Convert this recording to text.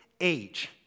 age